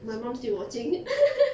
my mum still watching